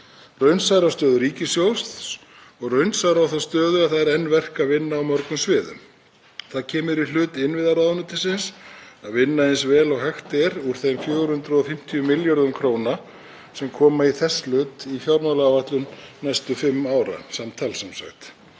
Raunsær á stöðu ríkissjóðs og raunsær á þá stöðu að enn er verk að vinna á mörgum sviðum. Það kemur í hlut innviðaráðuneytisins að vinna eins vel og hægt er úr þeim samtals 450 milljörðum kr. sem koma í þess hlut í fjármálaáætlun næstu fimm ára. Eins